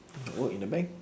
work in a bank